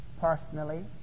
personally